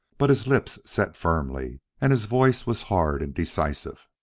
but his lips set firmly, and his voice was hard and decisive.